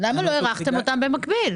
למה לא הארכתם אותן במקביל?